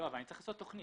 אבל אני צריך לעשות תכנית.